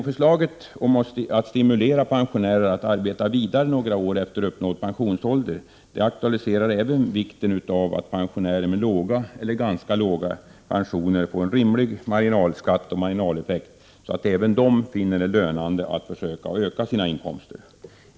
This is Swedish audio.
Förslaget från LO om att stimulera pensionärer att arbeta vidare några år efter uppnådd pensionsålder aktualiserar också vikten av att pensionärer med låga eller ganska låga pensioner får en rimlig marginalskatt och marginaleffekt så att även de finner det lönande att försöka öka sina inkomster.